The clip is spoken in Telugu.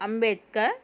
అంబేద్కర్